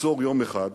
לעצור יום אחד בשנה,